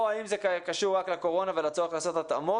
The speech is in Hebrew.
או האם זה קשור רק לקורונה ולצורך לעשות התאמות.